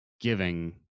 giving